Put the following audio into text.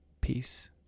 peace